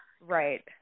Right